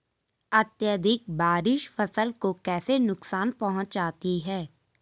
अत्यधिक बारिश फसल को कैसे नुकसान पहुंचाती है?